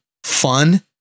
Fun